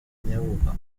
nyubako